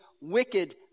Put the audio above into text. wicked